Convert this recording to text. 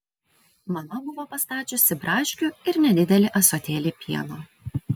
mama buvo pastačiusi braškių ir nedidelį ąsotėlį pieno